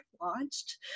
launched